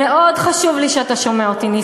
מאוד חשוב לי שאתה שומע אותי,